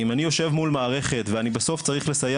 אם אני יושב מול מערכת ואני צריך לסיים